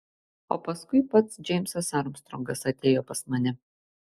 o paskui pats džeimsas armstrongas atėjo pas mane